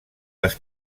les